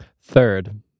third